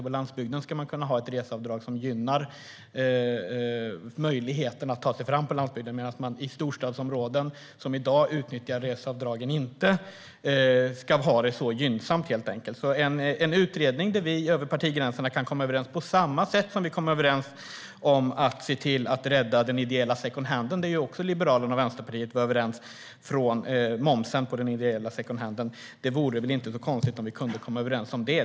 På landsbygden ska man kunna ha ett reseavdrag som gynnar möjligheten att ta sig fram på landsbygden medan personer i storstadsområden som i dag utnyttjar reseavdragen inte ska ha det så gynnsamt helt enkelt. Vi vill ha en utredning där vi över partigränserna kan komma överens på samma sätt som vi kom överens om att se till att rädda den ideella secondhandsektorn. Där var Liberalerna och Vänsterpartiet överens om momsen på den ideella secondhandsektorn. Det vore väl inte så konstigt om vi kunde komma överens om det.